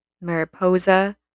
Mariposa